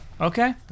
Okay